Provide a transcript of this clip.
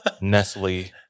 Nestle